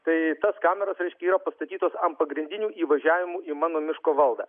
tai tos kameros reiškia yra pastatytos ant pagrindinių įvažiavimų į mano miško valdą